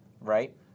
Right